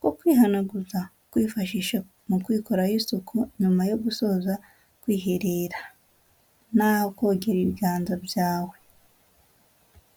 ko kwihanaguza, kwifashisha mu kwikoraho isuku nyuma yo gusoza kwiherera, n'aho kogera ibiganza byawe.